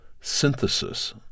synthesis